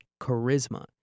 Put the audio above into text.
charisma